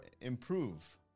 improve